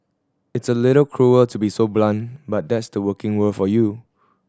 it's a little cruel to be so blunt but that's the working world for you